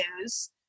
news